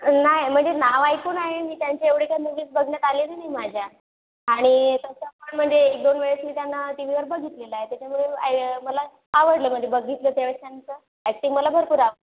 नाही म्हणजे नाव ऐकून आहे मी त्यांचे एवढे काय मुव्हीस बघण्यात आलेले नाही माझ्या आणि तसं पण म्हणजे एक दोन वेळेस मी त्यांना टीवीवर बघितलेलं आहे त्याच्यामुळे मला आवडलं म्हणजे बघितलं त्यावेळेस त्यांचं एक्टिंग मला भरपूर आवड